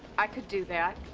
i could do that.